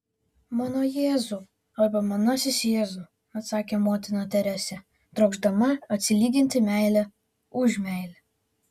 mano jėzau arba manasis jėzau atsakė motina teresė trokšdama atsilyginti meile už meilę